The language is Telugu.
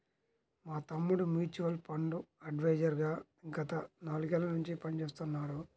మా తమ్ముడు మ్యూచువల్ ఫండ్ అడ్వైజర్ గా గత నాలుగేళ్ళ నుంచి పనిచేస్తున్నాడు